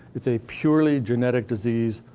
it's a purely genetic disease,